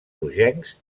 rogencs